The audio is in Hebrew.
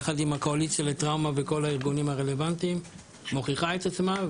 יחד עם הקואליציה לטראומה וכל הארגונים הרלוונטיים מוכיחה את עצמה.